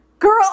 Girl